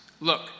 Look